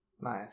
Nice